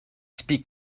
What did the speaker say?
speak